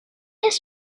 his